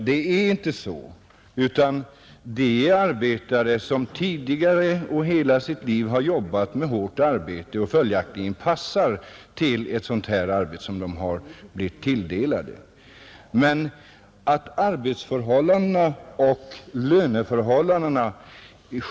Så är det inte, utan här är det arbetare som tidigare i hela sitt liv har sysslat med hårt arbete och som följaktligen passar till det jobb som de nu har blivit tilldelade. Men ändå är det så stor skillnad på arbetsoch löneförhållandena.